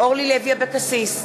אורלי לוי אבקסיס,